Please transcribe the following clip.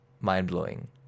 mind-blowing